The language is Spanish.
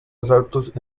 asaltos